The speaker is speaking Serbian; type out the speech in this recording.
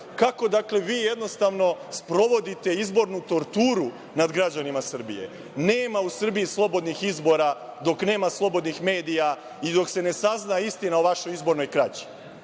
kako vi jednostavno sprovodite izbornu torturu nad građanima Srbije. Nema u Srbiji slobodnih izbora dok nema slobodnih medija i dok se ne sazna istina o vašoj izbornoj krađi. Da